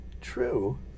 true